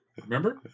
Remember